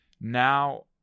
Now